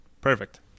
Perfect